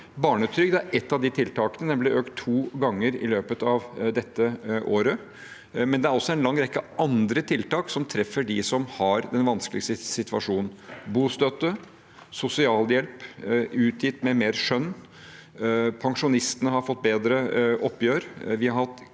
Barnetrygd er ett av de tiltakene, den har blitt økt to ganger i løpet av dette året, men det er også en lang rekke andre tiltak som treffer dem som har den vanskeligste situasjonen. Det er bostøtte, det er sosialhjelp utgitt med mer skjønn, pensjonistene har fått bedre oppgjør,